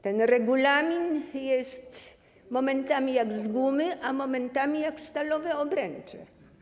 Ten regulamin jest momentami jak z gumy, a momentami jest jak stalowe obręcze.